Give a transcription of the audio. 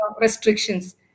restrictions